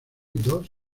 dos